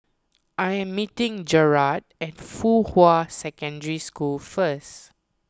I am meeting Jarrad at Fuhua Secondary School first